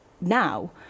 now